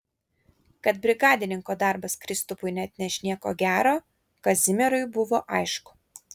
kad brigadininko darbas kristupui neatneš nieko gero kazimierui buvo aišku